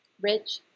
rich